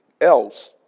else